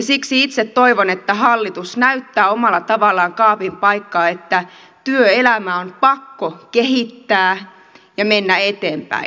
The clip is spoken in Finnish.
siksi itse toivon että hallitus näyttää omalla tavallaan kaapin paikkaa että työelämää on pakko kehittää ja mennä eteenpäin